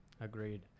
agreed